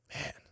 man